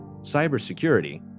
cybersecurity